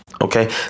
Okay